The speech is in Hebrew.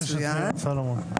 מצוין.